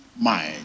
mind